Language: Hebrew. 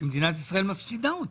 שמדינת ישראל מפסידה אותם.